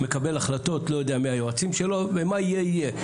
מקבל החלטות לא יודע מי היועצים שלו ומה שיהיה יהיה.